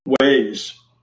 ways